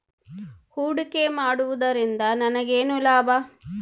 ಹೂಡಿಕೆ ಮಾಡುವುದರಿಂದ ನನಗೇನು ಲಾಭ?